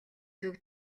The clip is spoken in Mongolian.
зүг